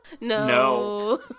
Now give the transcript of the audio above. No